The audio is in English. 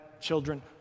children